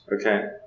Okay